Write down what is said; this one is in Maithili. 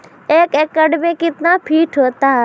एक एकड मे कितना फीट होता हैं?